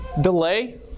Delay